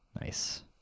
Nice